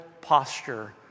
posture